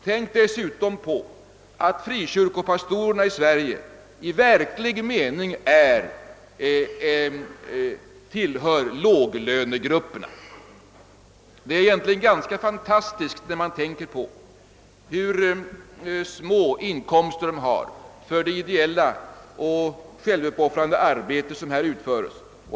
Tänk dessutom på att frikyrkopastorerna i Sverige i verklig mening tillhör låglönegrupperna. Det är egentligen fantastiskt bur små inkomster de har för det ideella och självuppoffrande arbete de utför.